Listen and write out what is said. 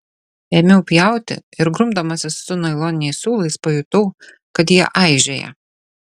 ėmiau pjauti ir grumdamasis su nailoniniais siūlais pajutau kad jie aižėja